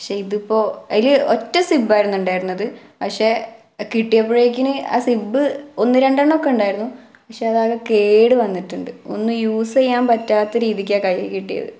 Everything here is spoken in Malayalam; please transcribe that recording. പക്ഷെ ഇതിപ്പോൾ അതിൽ ഒറ്റ സിബ്ബായിരുന്നു ഉണ്ടായിരുന്നത് പക്ഷെ കിട്ടിയപ്പഴേക്കിന് ആ സിബ്ബ് ഒന്നു രണ്ടെണ്ണം ഒക്കെ ഉണ്ടായിരുന്നു പക്ഷെ അതാകെ കേടു വന്നിട്ടുണ്ട് ഒന്നു യൂസ് ചെയ്യാൻ പറ്റാത്ത രീതിക്കാണ് കൈയ്യിൽ കിട്ടിയത്